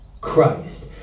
Christ